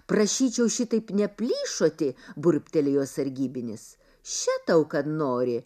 prašyčiau šitaip neplyšoti burbtelėjo sargybinis še tau kad nori